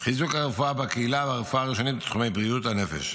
וחיזוק הרפואה בקהילה והרפואה הראשונית בתחומי בריאות הנפש.